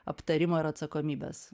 aptarimo ir atsakomybės